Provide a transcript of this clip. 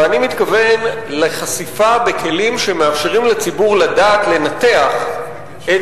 ואני מתכוון לחשיפה בכלים שמאפשרים לציבור לדעת לנתח את